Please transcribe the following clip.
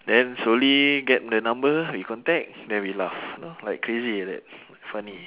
then slowly get the number we contact then we laugh you know like crazy like that funny